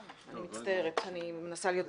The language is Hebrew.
אני מצטערת, אני מנסה להיות פרקטית.